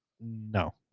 No